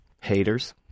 haters